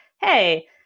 hey